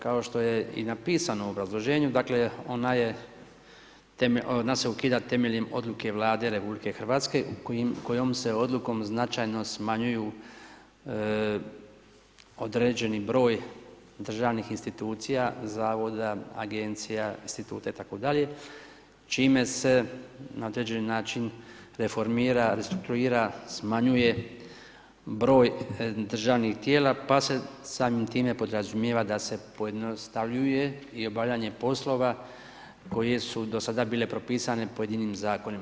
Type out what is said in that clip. Kao što je i napisano u obrazloženju, dakle ona je, ona se ukida temeljem odluke Vlade RH kojom se odlukom značajno smanjuje određeni broj državnih institucija zavoda, agencija, instituta itd., čime se na određeni način reformira, restrukturira, smanjuje broj državnih tijela pa se samim time podrazumijeva da se pojednostavljuje i obavljanje poslove koje su do sada bile propisane pojedinim zakonima.